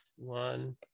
One